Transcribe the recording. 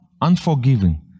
unforgiving